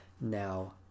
now